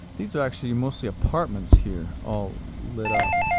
these are actually mostly apartments here all lit up.